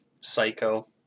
Psycho